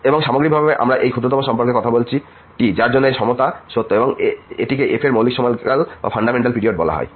এবং সামগ্রিকভাবে আমরা এইরকম ক্ষুদ্রতম সম্পর্কে কথা বলছি T যার জন্য এই সমতা সত্য এবং এটিকে f এর মৌলিক সময়কাল বলা হয়